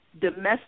domestic